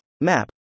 map